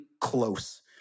close